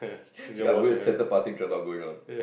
she got wait centre parting dread lock going on